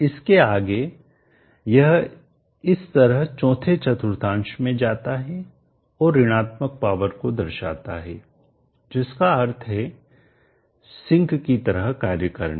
इसके आगे यह इस तरह चौथे चतुर्थांश में जाता है और ऋणात्मक पावर को दर्शाता है जिसका अर्थ है सिंक की तरह कार्य करना